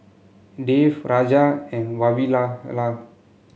Dev Raja and Vavilala